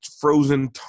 frozen